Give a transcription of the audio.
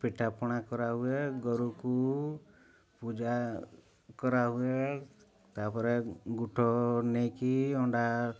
ପିଠାପଣା କରାହୁଏ ଗୋରୁକୁ ପୂଜା କରାହୁଏ ତା'ପରେ ଗୋଠ ନେଇକି ଅଣ୍ଡା